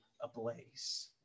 ablaze